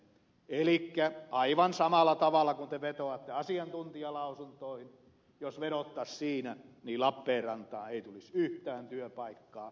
elikkä aivan samalla tavalla kuin te vetoatte asiantuntijalausuntoihin jos vedottaisiin siinä niin lappeenrantaan ei tulisi yhtään työpaikkaa